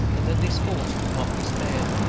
and that this force could not be spared.